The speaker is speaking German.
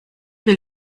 will